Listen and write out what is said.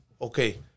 Okay